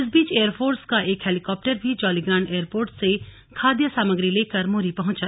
इस बीच एयरफोर्स का एक हेलीकॉप्टर भी जौलीग्रांट एयरपोर्ट से खाद्य सामग्री लेकर मोरी पहुंचा